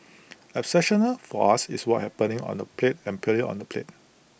exceptional for us is what's happening on the plate and purely on the plate